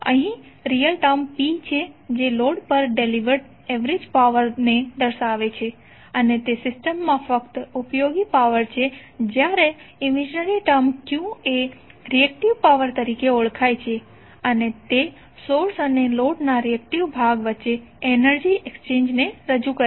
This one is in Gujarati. અહીં રીયલ ટર્મ P છે જે લોડ પર ડેલીવર્ડ એવરેજ પાવર ને દર્શાવે છે અને તે સિસ્ટમમાં ફક્ત ઉપયોગી પાવર છે જ્યારે ઈમેજીનરી ટર્મ Q એ રિએકટીવ પાવર તરીકે ઓળખાય છે અને તે સોર્સ અને લોડના રિએકટીવ ભાગ વચ્ચે એનર્જી એક્સ્ચેંજ ને રજૂ કરે છે